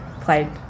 played